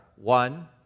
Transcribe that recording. one